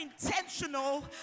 intentional